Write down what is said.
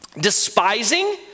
Despising